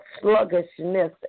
sluggishness